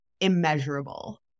immeasurable